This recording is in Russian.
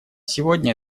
сегодня